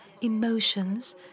emotions